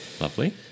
Lovely